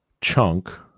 Chunk